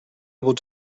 able